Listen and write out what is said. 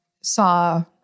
saw